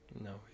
no